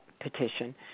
petition